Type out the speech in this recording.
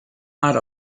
ara